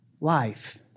life